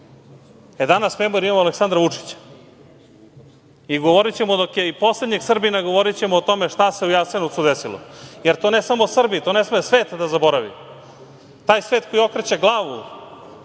E danas imamo Aleksandra Vučića i govorićemo i dok je poslednjeg Srbina govorićemo o tome šta se u Jasenovcu desilo, jer to ne samo Srbi, to ne sme svet da zaboravi. Taj svet koji okreće glavu